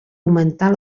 augmentar